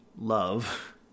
love